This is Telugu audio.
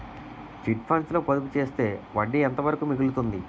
చిట్ ఫండ్స్ లో పొదుపు చేస్తే వడ్డీ ఎంత వరకు మిగులుతుంది?